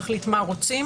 להחליט מה רוצים